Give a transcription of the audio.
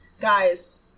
guys